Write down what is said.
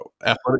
athletic